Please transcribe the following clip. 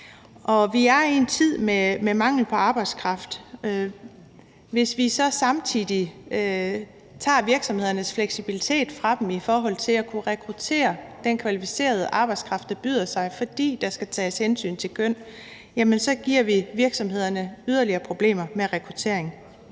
Vi er i en tid med mangel på arbejdskraft, og hvis vi så samtidig tager virksomhedernes fleksibilitet fra dem i forhold til at kunne rekruttere den kvalificerede arbejdskraft, der byder sig, fordi der skal tages hensyn til køn, jamen så giver vi virksomhederne yderligere problemer med rekruttering.